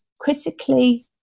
critically